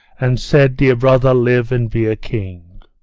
and said dear brother, live, and be a king?